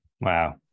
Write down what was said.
Wow